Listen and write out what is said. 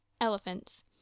elephants